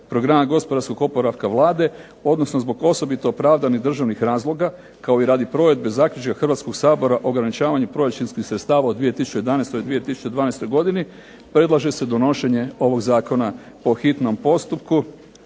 programa gospodarskog oporavka Vlade, odnosno zbog osobito opravdanih državnih razloga, kao i radi provedbe zaključka Hrvatskog sabora ograničavanju proračunskih sredstava u 2011. i 2012. godini predlaže se donošenje ovog zakona po hitnom postupku,